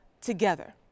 together